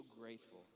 grateful